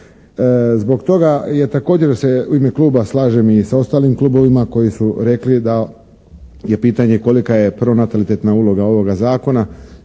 Zbog toga je također se u ime kluba slažem i sa ostalim klubovima koji su rekli da je pitanje kolika je pronatalitetna uloga ovoga Zakona.